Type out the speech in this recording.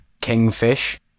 Kingfish